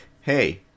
hey